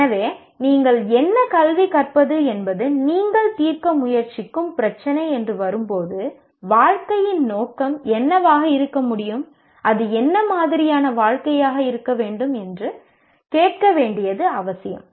எனவே நீங்கள் என்ன கல்வி கற்பது என்பது நீங்கள் தீர்க்க முயற்சிக்கும் பிரச்சினை என்று வரும்போது வாழ்க்கையின் நோக்கம் என்னவாக இருக்க முடியும் அது என்ன மாதிரியான வாழ்க்கையாக இருக்க வேண்டும் என்று கேட்க வேண்டியது அவசியம்